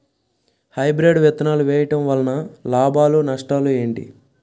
Hybrid విత్తనాలు వేయటం వలన లాభాలు నష్టాలు ఏంటి?